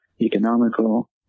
economical